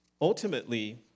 Ultimately